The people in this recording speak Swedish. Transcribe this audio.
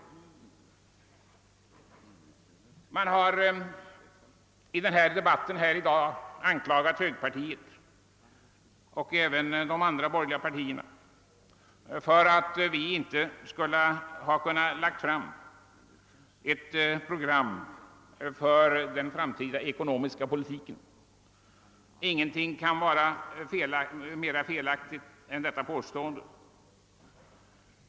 I dagens debatt har högerpartiet och även de andra borgerliga partierna anklagats för att inte ha lagt fram ett eget program för den framtida ekonomiska politiken. Ingenting kan vara mera felaktigt än ett sådant påstående.